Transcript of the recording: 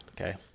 okay